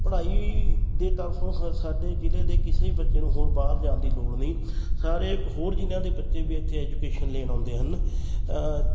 ਪੜ੍ਹਾਈ ਦੇ ਤਰਫੋਂ ਹਰ ਸਾਡੇ ਜ਼ਿਲ੍ਹੇ ਦੇ ਕਿਸੇ ਵੀ ਬੱਚੇ ਨੂੰ ਹੁਣ ਬਾਹਰ ਜਾਣ ਦੀ ਲੋੜ ਨਹੀਂ ਸਾਰੇ ਹੋਰ ਜ਼ਿਲਿਆਂ ਦੇ ਬੱਚੇ ਵੀ ਇੱਥੇ ਐਜੂਕੇਸ਼ਨ ਲੈਣ ਆਉਂਦੇ ਹਨ